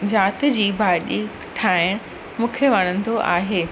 ज़ाति जी भाॼी ठाहिणु मूंखे वणंदो आहे